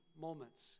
moments